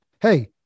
Hey